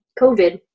COVID